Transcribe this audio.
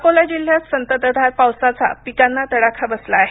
अकोला जिल्ह्यात संततधार पावसाचा पिकांना तडाखा बसला आहे